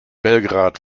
belgrad